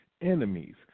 enemies